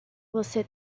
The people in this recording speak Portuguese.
você